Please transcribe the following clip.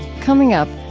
coming up,